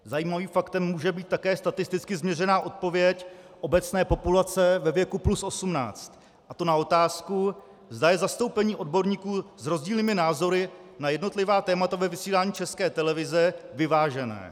Zajímavým faktem může být také statisticky změřená odpověď obecné populace ve věku plus 18, a to na otázku, zda je zastoupení odborníků s rozdílnými názory na jednotlivá témata ve vysílání České televize vyvážené.